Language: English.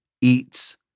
eats